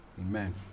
Amen